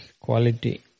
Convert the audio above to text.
quality